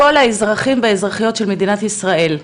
לכל האזרחים והאזרחיות של מדינת ישראל.